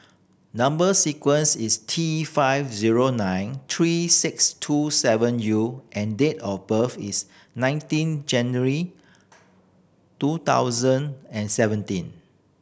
number sequence is T five zero nine three six two seven U and date of birth is nineteen January two thousand and seventeen